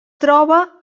troba